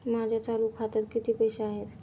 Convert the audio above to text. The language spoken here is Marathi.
माझ्या चालू खात्यात किती पैसे आहेत?